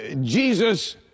Jesus